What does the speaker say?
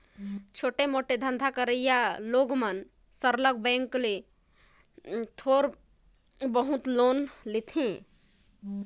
नानमुन धंधा करइया मइनसे मन सरलग बेंक ले थोर बहुत लोन लेथें